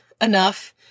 enough